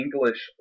English